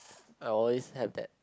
I always had that